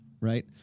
right